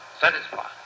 Satisfied